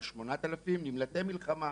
על 8,000 נמלטי מלחמה,